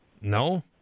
No